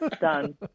Done